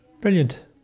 Brilliant